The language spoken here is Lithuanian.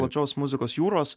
plačios muzikos jūros